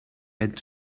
had